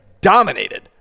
dominated